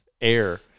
air